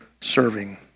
serving